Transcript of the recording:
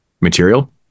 material